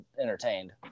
entertained